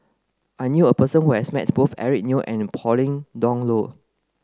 I knew a person who has met both Eric Neo and Pauline Dawn Loh